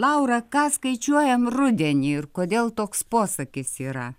laura ką skaičiuojam rudenį ir kodėl toks posakis yra